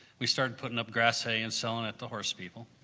we started putting up grass hay and selling it to horse people.